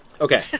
okay